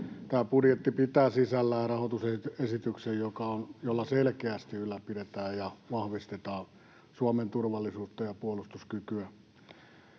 Tämä budjetti pitää sisällään rahoitusesityksen, jolla selkeästi ylläpidetään ja vahvistetaan Suomen turvallisuutta ja puolustuskykyä.